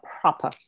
proper